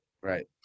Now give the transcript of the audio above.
Right